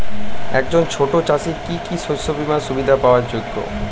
একজন ছোট চাষি কি কি শস্য বিমার সুবিধা পাওয়ার যোগ্য?